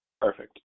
perfect